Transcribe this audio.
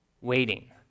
waiting